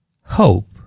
hope